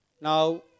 Now